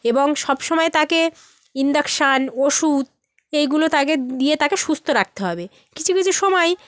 এবং সব সময় তাকে ইঞ্জেকশান ওষুধ এইগুলো তাকে দিয়ে তাকে সুস্থ রাখতে হবে কিছু কিছু সময়